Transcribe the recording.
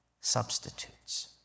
substitutes